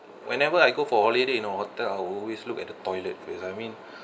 whenever I go for holiday in a hotel I'll always look at the toilet first I mean